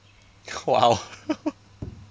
!wow!